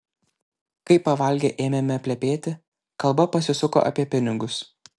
kai pavalgę ėmėme plepėti kalba pasisuko apie pinigus